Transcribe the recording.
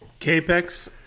Capex